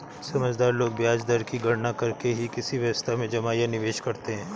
समझदार लोग ब्याज दर की गणना करके ही किसी व्यवसाय में जमा या निवेश करते हैं